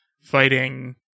fighting